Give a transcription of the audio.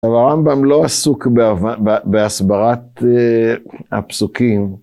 אבל הרמב״ם לא עסוק בהסברת הפסוקים.